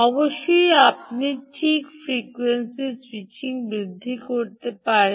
অবশ্যই আপনি ঠিক স্যুইচিং ফ্রিকোয়েন্সি বৃদ্ধি করতে পারে